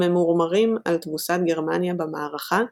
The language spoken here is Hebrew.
הממורמרים על תבוסת גרמניה במערכה,